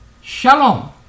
Shalom